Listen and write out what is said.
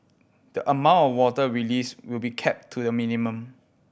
the amount of water released will be kept to a minimum